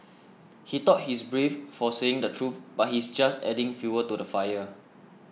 he thought he's brave for saying the truth but he's just adding fuel to the fire